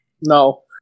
No